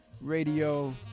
Radio